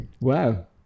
Wow